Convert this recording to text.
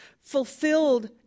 fulfilled